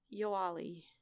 Yoali